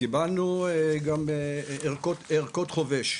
קיבלנו ערכות חובש.